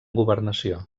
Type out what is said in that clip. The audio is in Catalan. governació